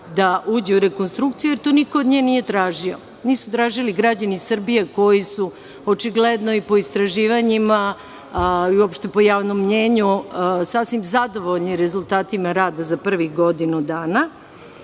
da uđe u rekonstrukciju, jer to niko od nje nije tražio. Nisu tražili građani Srbije koji su, očigledno po istraživanjima i uopšte po javnom mnenju, sasvim zadovoljni rezultatima rada za prvih godinu dana